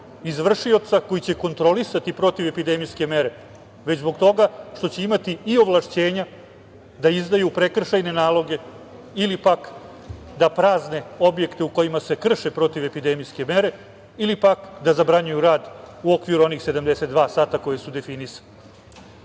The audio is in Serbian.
izvršioca koji će kontrolisati protivepidemijske mere, već zbog toga što će imati i ovlašćenja da izdaju prekršajne naloge ili, pak, da prazne objekte u kojima se krše protivepidemijske mere ili, pak, da zabranjuju rad u okviru ovih 72 sata koja su definisana.Međutim,